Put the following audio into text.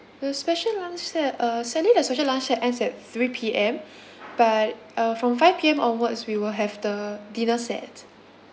the special lunch set uh sadly the special lunch set ends at three P_M but uh from five P_M onwards we will have the dinner set